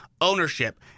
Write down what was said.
ownership